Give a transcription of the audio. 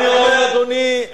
אני אומר, אדוני, לא.